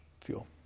Fuel